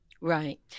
Right